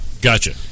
gotcha